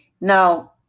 Now